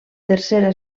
tercera